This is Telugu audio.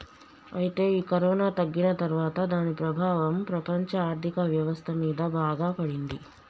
అయితే ఈ కరోనా తగ్గిన తర్వాత దాని ప్రభావం ప్రపంచ ఆర్థిక వ్యవస్థ మీద బాగా పడింది